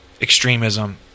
extremism